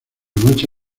noche